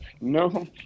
No